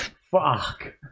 fuck